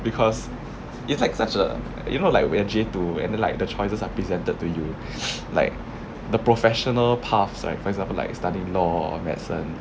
because it's like such a you know like when J two and then like the choices are presented to you like the professional paths like for example like studying law or medicine